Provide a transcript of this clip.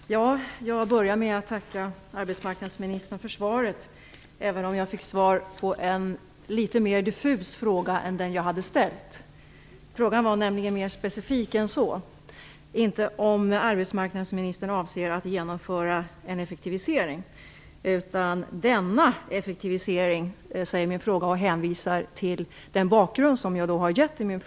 Fru talman! Jag börjar med att tacka arbetsmarknadsministern för svaret, även om jag fick svar på en litet mer diffus fråga än den jag hade ställt. Frågan var nämligen mer specifik än så. Den gällde inte om arbetsmarknadsministern avser att genomföra en effektivisering, utan denna effektivisering, säger min fråga, och hänvisar till den bakgrund som jag har gett till den.